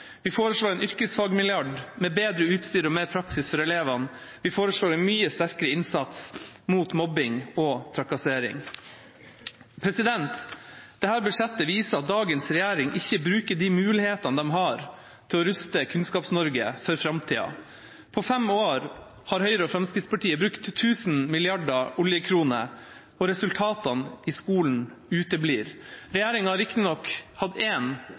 Vi foreslår en yrkesfagmilliard med bedre utstyr og mer praksis for elevene. Vi foreslår en mye sterkere innsats mot mobbing og trakassering. Dette budsjettet viser at dagens regjering ikke bruker de mulighetene den har til å ruste Kunnskaps-Norge for framtida. På fem år har Høyre og Fremskrittspartiet brukt 1 000 mrd. oljekroner, og resultatene i skolen uteblir. Regjeringa har riktignok hatt